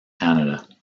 canada